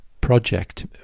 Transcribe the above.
project